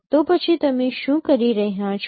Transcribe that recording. તો પછી તમે શું કરી રહ્યા છો